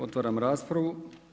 Otvaram raspravu.